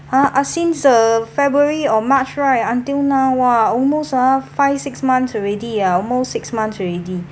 ah ah since uh february or march right until now !wah! almost ah five six months already ah almost six months already